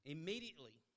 Immediately